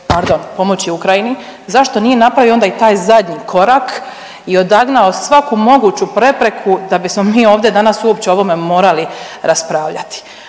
pardon pomoći Ukrajini zašto nije napravio onda i taj zadnji korak i odagnao svaku moguću prepreku da bismo mi ovdje danas uopće o ovome morali raspravljati.